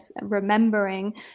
Remembering